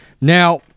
Now